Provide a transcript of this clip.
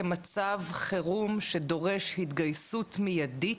כמצב חירום שדורש התגייסות מיידית?